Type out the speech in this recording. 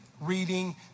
reading